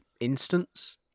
instance